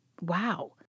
Wow